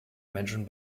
menschen